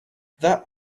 that